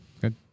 good